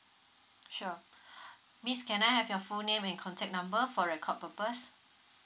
sure miss can I have your full name and contact number for record purpose